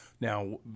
now